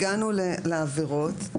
הגענו לעבירות.